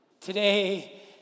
today